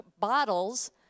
bottles